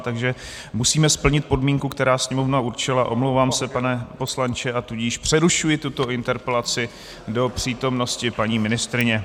Takže musíme splnit podmínku, kterou Sněmovna určila, omlouvám se, pane poslanče, a tudíž přerušuji tuto interpelaci do přítomnosti paní ministryně.